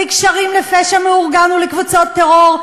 בקשרים לפשע מאורגן ולקבוצות טרור,